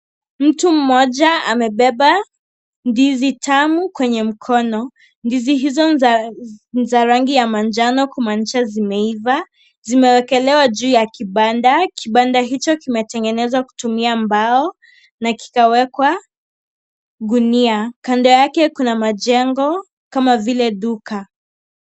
Mtu mmoja amebeba ndizi tamu kwenye mkono. Ndizi hizo ni za rangi ya manjano kumaanisha zimeiva. Zimewekelewa juu ya kibanda. Kibanda hicho kimetengenezwa kutumia mbao na kikawekwa gunia. Kando yake kuna majengo kama vile duka.